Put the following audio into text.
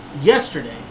yesterday